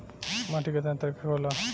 माटी केतना तरह के होला?